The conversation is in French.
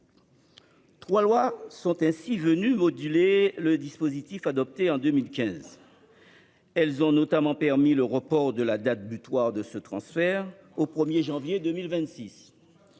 Trois lois sont venues moduler le dispositif adopté en 2015. Elles ont notamment permis le report de la date butoir de ce transfert au 1 janvier 2026.